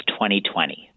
2020